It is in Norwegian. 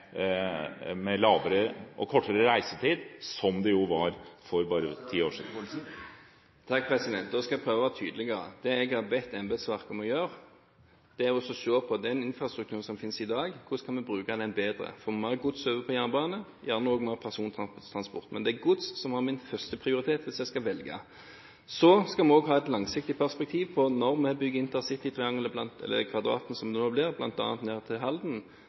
kortere reisetid, som det jo var for bare 10 år siden? Da skal jeg prøve å være tydeligere. Det jeg har bedt embetsverket om å gjøre, er å se på den infrastrukturen som finnes i dag, hvordan vi kan bruke den bedre, få mer gods over på jernbane – gjerne også mer persontransport, men det er gods som er min førsteprioritet hvis jeg skal velge. Vi skal også ha et langsiktig perspektiv. Når vi bygger intercitytriangelet – eller kvadratet, som det nå blir – bl.a. ned til